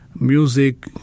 music